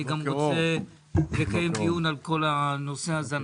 אני גם רוצה לקיים דיון על הנושא הזה.